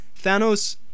Thanos